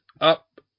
up